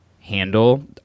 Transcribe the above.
handle